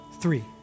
three